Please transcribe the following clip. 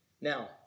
Now